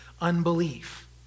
unbelief